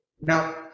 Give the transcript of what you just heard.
Now